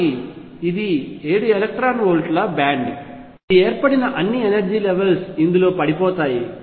కాబట్టి ఇది ఏడు ఎలక్ట్రాన్ వోల్ట్ల బ్యాండ్ ఇది ఏర్పడిన అన్ని ఎనర్జీ లెవెల్స్ ఇందులో పడిపోతాయి